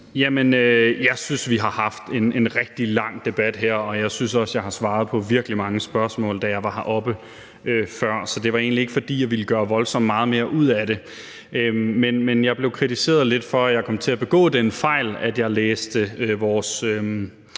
Jeg synes, vi har haft en rigtig lang debat her, og jeg synes også, jeg har svaret på virkelig mange spørgsmål, da jeg var heroppe før, så det var egentlig ikke, fordi jeg ville gøre voldsomt meget mere ud af det. Men jeg blev kritiseret lidt for, at jeg kom til at begå den fejl, at jeg læste vores